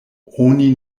oni